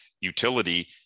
utility